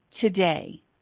today